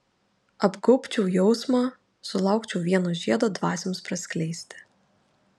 apgaubčiau jausmą sulaukčiau vieno žiedo dvasioms praskleisti